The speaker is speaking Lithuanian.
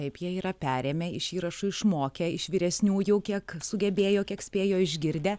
taip jie yra perėmę iš įrašų išmokę iš vyresniųjų kiek sugebėjo kiek spėjo išgirdę